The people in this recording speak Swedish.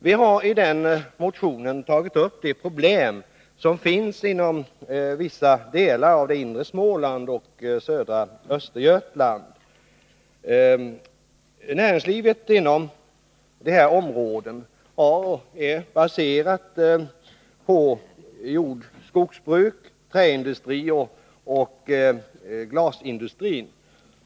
Vi har i den motionen tagit upp de problem som finns inom vissa delar av inre Småland och södra Östergötland. Näringslivet inom dessa områden är baserat på jordoch skogsbruk, träindustri och glasindustri.